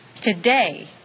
Today